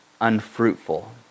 unfruitful